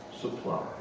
supply